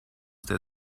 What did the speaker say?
der